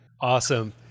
Awesome